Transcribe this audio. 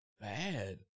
bad